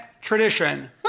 tradition